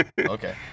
Okay